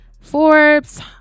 forbes